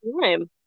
time